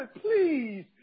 please